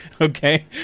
Okay